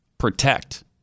Protect